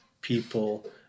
people